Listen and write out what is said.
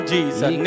Jesus